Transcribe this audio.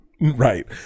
Right